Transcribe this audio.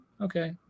okay